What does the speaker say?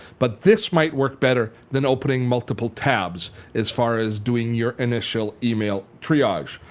but this might work better than opening multiple tabs as far as doing your initial email triage.